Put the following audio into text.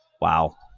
Wow